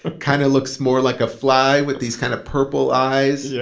ah kind of looks more like a fly with these kind of purple eyes. yeah